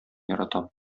яратам